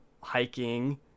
hiking